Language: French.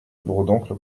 bourdoncle